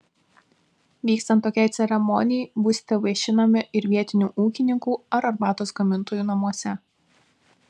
vykstant tokiai ceremonijai būsite vaišinami ir vietinių ūkininkų ar arbatos gamintojų namuose